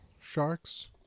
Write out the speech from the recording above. sharks